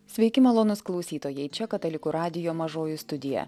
sveiki malonūs klausytojai čia katalikų radijo mažoji studija